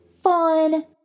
fun